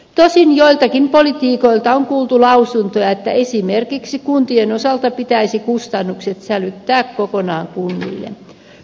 tosin joiltakin poliitikoilta on kuultu lausuntoja että esimerkiksi kuntien osalta pitäisi kustannukset sälyttää kokonaan kunnille